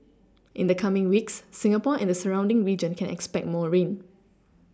in the coming weeks Singapore and the surrounding region can expect more rain